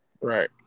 Right